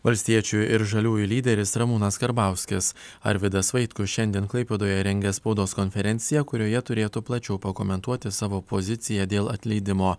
valstiečių ir žaliųjų lyderis ramūnas karbauskis arvydas vaitkus šiandien klaipėdoje rengia spaudos konferenciją kurioje turėtų plačiau pakomentuoti savo poziciją dėl atleidimo